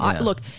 look